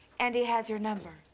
and he has your number?